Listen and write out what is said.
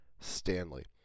Stanley